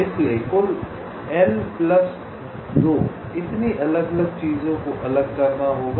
इसलिए कुल L plus 2 इतनी अलग अलग चीजों को अलग करना होगा